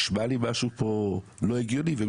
נשמע לי משהו פה לא הגיוני.